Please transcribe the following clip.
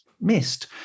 missed